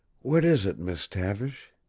what is it, miss tavish?